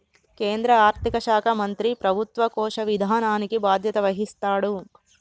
కేంద్ర ఆర్థిక శాఖ మంత్రి ప్రభుత్వ కోశ విధానానికి బాధ్యత వహిస్తాడు